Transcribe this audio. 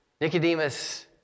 Nicodemus